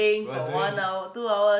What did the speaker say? we are doing this